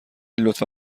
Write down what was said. لطفا